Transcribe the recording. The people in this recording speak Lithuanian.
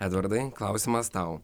edvardai klausimas tau